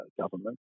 government